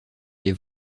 les